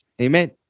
Amen